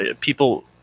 people